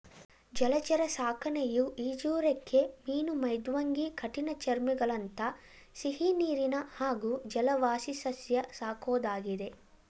ಜಲಚರ ಸಾಕಣೆಯು ಈಜುರೆಕ್ಕೆ ಮೀನು ಮೃದ್ವಂಗಿ ಕಠಿಣಚರ್ಮಿಗಳಂಥ ಸಿಹಿನೀರಿನ ಹಾಗೂ ಜಲವಾಸಿಸಸ್ಯ ಸಾಕೋದಾಗಿದೆ